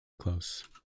close